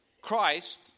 Christ